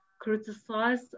criticize